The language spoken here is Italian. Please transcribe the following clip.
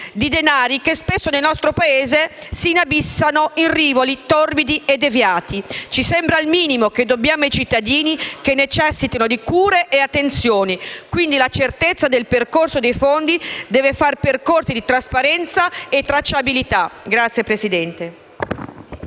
di denari che spesso nel nostro Paese si inabissano in rivoli torbidi e deviati. Ci sembra il minimo che dobbiamo ai cittadini che necessitino di cure e attenzioni. Chiediamo, quindi, la certezza del percorso del Fondo, tramite verifiche di trasparenza e tracciabilità.